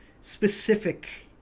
specific